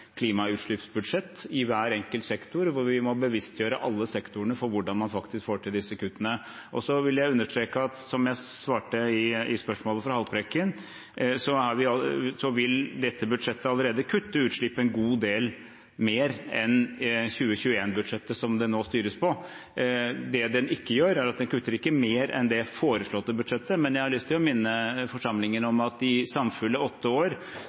klimautslippsbudsjett i hver enkelt sektor, vi må bevisstgjøre alle sektorene på hvordan man faktisk får til disse kuttene. Og så vil jeg understreke, som jeg svarte på spørsmålet fra representanten Haltbrekken, at dette budsjettet allerede vil kutte utslippet en god del mer enn 2021-budsjettet, som det nå styres etter. Det det ikke gjør, er å kutte mer enn det foreslåtte budsjettet. Men jeg har lyst til å minne forsamlingen om at i samfulle åtte år